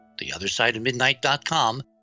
theothersideofmidnight.com